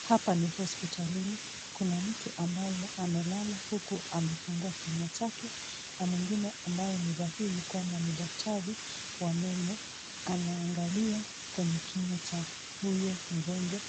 Hapa ni hospitalini kuna mtu ambaye amelala huku amefungua kinywa chake na mwingine ambaye ni dhahiri kwamba ni daktari wa meno, anaangalia kwenye kinywa cha huyo mgonjwa